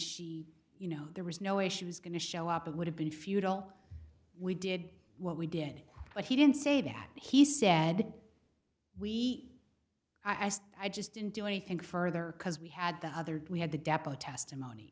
she you know there was no way she was going to show up it would have been futile we did what we did but he didn't say that he said we i said i just didn't do anything further because we had the other we had the depo testimony